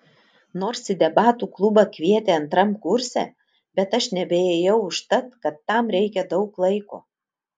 nors ir į debatų klubą kvietė antram kurse bet aš nebeėjau užtat kad tam reikia daug laiko